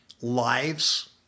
lives